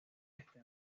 está